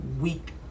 week